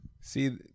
see